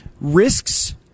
risks